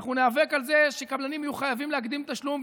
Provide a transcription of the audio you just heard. אנחנו ניאבק על זה שקבלנים יהיו חייבים להקדים תשלום,